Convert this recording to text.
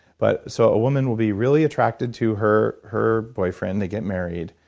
but so a women will be really attracted to her her boyfriend. they get married.